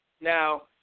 Now